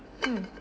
mm